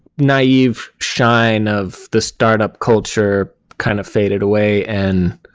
naive shine of the startup culture kind of faded away and